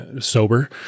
sober